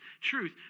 Truth